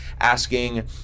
asking